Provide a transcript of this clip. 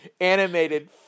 animated